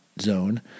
zone